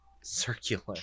circular